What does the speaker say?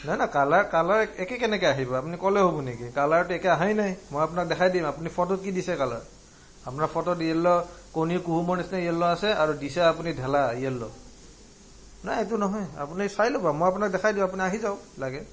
নাই নাই colour colour একে কেনেকৈ আহিব আপুনি ক'লে হ'ব নেকি কালাৰটো একেই অহাই নাই মই আপোনাক দেখাই দিম আপুনি ফটোত কি দিছে কালাৰ আপোনাৰ ফটোত ইয়েল্ল কণীৰ কুহুমৰ নিচিনা ইয়েল্ল' আছে আৰু দিছে আপুনি ঢেলা ইয়েল্ল' নাই এইটো নহয় আপুনি চাই ল'ব মই আপোনাক দেখাই দিম আপুনি আহি যাওক লাগে